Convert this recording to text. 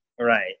right